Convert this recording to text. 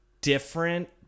different